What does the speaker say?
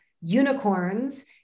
unicorns